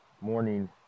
morning